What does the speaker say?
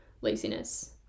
laziness